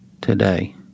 today